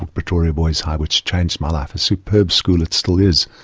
pretoria boys high, which changed my life, a superb school, it still is,